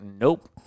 nope